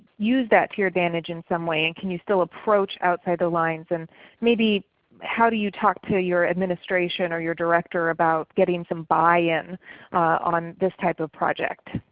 use that to your advantage in some way and can you still approach outside the lines and maybe how do you talk to your administration or your director about getting some buy in on this type of project?